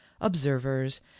observers